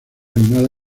animada